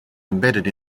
embedded